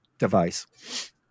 Device